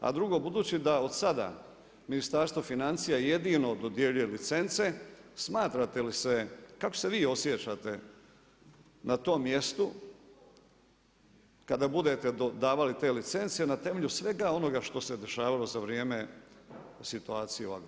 A drugo, budući da od sada Ministarstvo financija jedino dodjeljuje licence, smatrate li se, kako se vi osjećate na tom mjestu, kada budete dodavali te licence, na temelju svega onoga što se dešavalo za vrijeme situacije u Agrokoru.